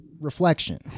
reflection